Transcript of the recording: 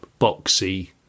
boxy